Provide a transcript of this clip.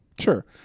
Sure